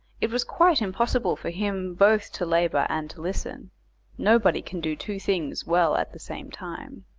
it was quite impossible for him both to labour and to listen nobody can do two things well at the same time.